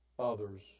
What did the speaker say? others